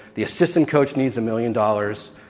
the assistant coach needs a million dollars.